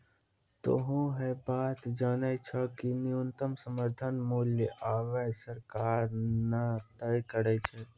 तोहों है बात जानै छौ कि न्यूनतम समर्थन मूल्य आबॅ सरकार न तय करै छै